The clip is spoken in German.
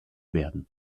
werden